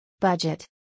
Budget